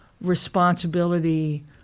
responsibility